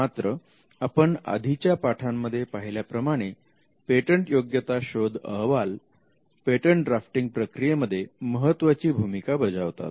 मात्र आपण आधीच्या पाठांमध्ये पाहिल्या प्रमाणे पेटंटयोग्यता शोध अहवाल पेटंट ड्राफ्टिंग प्रक्रियेमध्ये महत्त्वाची भूमिका बजावतात